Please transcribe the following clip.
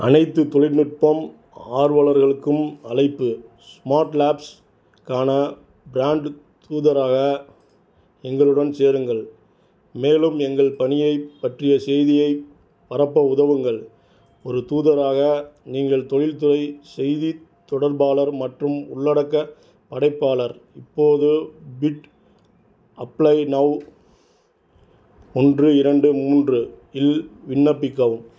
அனைத்து தொழில்நுட்பம் ஆர்வலர்களுக்கும் அழைப்பு ஸ்மார்ட் லேப்ஸ்க்கான ப்ராண்டு தூதராக எங்களுடன் சேருங்கள் மேலும் எங்கள் பணியை பற்றிய செய்தியை பரப்ப உதவுங்கள் ஒரு தூதராக நீங்கள் தொழில்துறை செய்தி தொடர்பாளர் மற்றும் உள்ளடக்க படைப்பாளர் இப்போது பிட் அப்ளை நௌ ஒன்று இரண்டு மூன்று இல் விண்ணப்பிக்கவும்